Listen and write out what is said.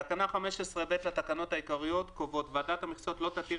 תקנה 15(ב) לתקנות העיקריות קובעת: "ועדת המכסות לא תתיר